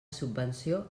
subvenció